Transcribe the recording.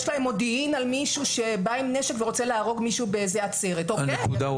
להם מודיעין על מישהו שבא עם נשק ורוצה להרוג מישהו בעצרת כלשהי,